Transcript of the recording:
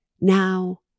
now